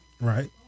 right